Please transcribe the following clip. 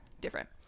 different